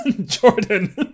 Jordan